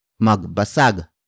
Magbasag